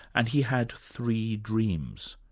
and he had three dreams,